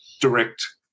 direct